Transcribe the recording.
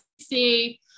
see